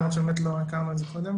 למרות שבאמת לא הכרנו את זה קודם.